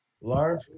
Large